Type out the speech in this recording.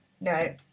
no